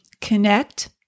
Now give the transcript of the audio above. connect